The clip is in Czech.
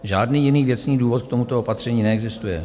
Žádný jiný věcný důvod k tomuto opatření neexistuje.